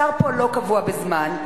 השר לא מוגבל בזמן,